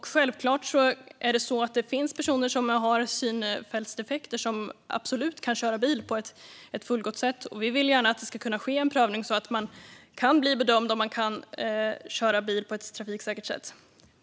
Givetvis kan en del personer med synfältsdefekter köra bil på ett fullgott sätt, och vi ser gärna att det sker en prövning av om man kan köra bil på ett trafiksäkert sätt.